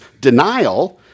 denial